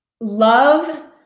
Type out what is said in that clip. love